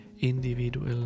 individual